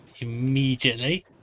immediately